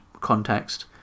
context